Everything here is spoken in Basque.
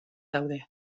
daude